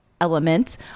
Element